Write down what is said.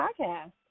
Podcast